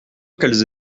qu’elles